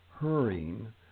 hurrying